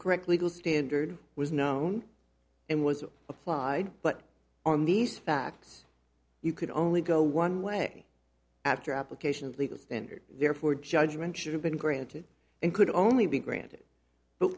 correct legal standard was known and was applied but on these facts you can only go one way after application of legal standard therefore judgment should have been granted and could only be granted but